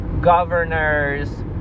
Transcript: governors